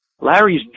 Larry's